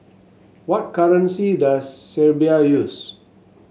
what currency does Serbia use